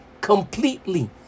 completely